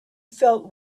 felt